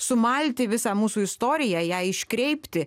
sumalti visą mūsų istoriją ją iškreipti